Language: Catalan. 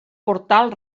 portal